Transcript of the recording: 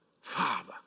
Father